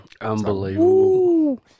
Unbelievable